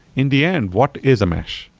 in the end, what is a mesh?